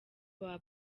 baba